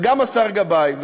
וגם השר גבאי,